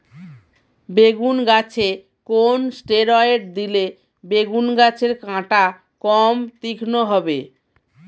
বেগুন গাছে কোন ষ্টেরয়েড দিলে বেগু গাছের কাঁটা কম তীক্ষ্ন হবে?